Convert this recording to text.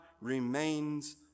remains